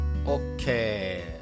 Okay